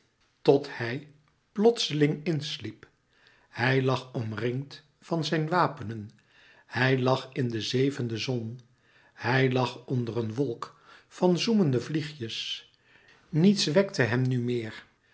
tot hij plotseling in sliep hij lag omringd van zijn wapenen hij lag in de zevende zon hij lag onder een wolk van zoemende vliegjes niets wekte hem nu meer